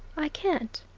i can't,